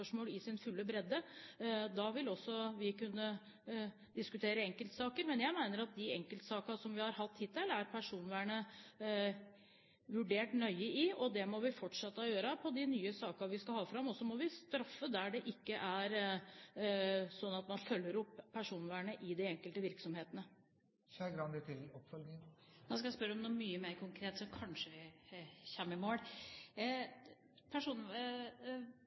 personvernspørsmål i sin fulle bredde. Da vil vi også kunne diskutere enkeltsaker. Jeg mener at i de enkeltsakene vi har hatt hittil, er personvernet vurdert nøye. Det må vi fortsette å gjøre i de nye sakene vi skal ha fram. Og så må vi straffe, slik at man følger opp personvernet i de enkelte virksomhetene. Da skal jeg spørre om noe mye mer konkret, slik at vi kanskje kommer i mål.